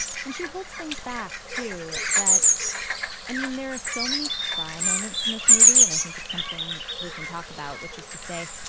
and she holds things back to that i mean, there are so many cry moments in this movie. and i think it's something we can talk about, which is to say